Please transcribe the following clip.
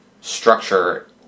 structure